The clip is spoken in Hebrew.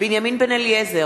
בנימין בן-אליעזר,